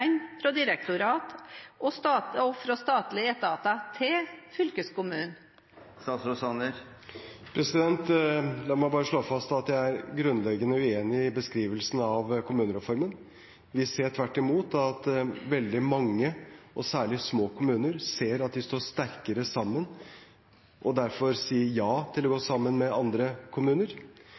oppgaver fra fylkesmenn, fra direktorat og fra statlige etater til fylkeskommunen? La meg bare slå fast at jeg er grunnleggende uenig i beskrivelsen av kommunereformen. Vi ser tvert imot at veldig mange og særlig små kommuner ser at de står sterkere sammen, og derfor sier ja til å gå sammen med andre kommuner.